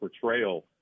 portrayal